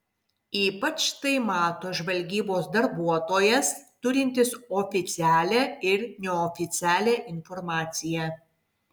ypač tai mato žvalgybos darbuotojas turintis oficialią ir neoficialią informaciją